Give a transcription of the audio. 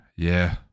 Yeah